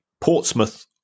Portsmouth